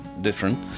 different